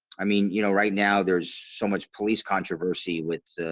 i mean, you know right now there's so much police controversy with